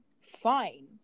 fine